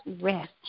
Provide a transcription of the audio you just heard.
rest